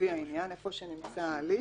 לפי העניין איפה שנמצא ההליך